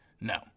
No